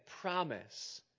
promise